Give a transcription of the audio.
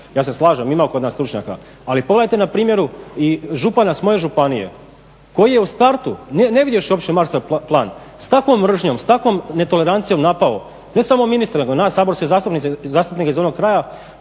Ja se slažem ima kod nas stručnjaka, ali pogledajte na primjeru i župana iz moje županije koji je u startu, ne vidiš uopće …/Govornik se ne razumije./… plan s takvom mržnjom, s takvom netolerancijom napao ne samo ministra nego nas saborske zastupnike i zastupnice iz onog kraja